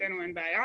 מבחינתנו אין בעיה,